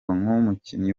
umukinnyi